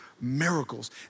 miracles